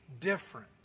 different